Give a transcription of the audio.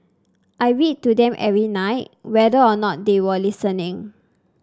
I read to them every night whether or not they were listening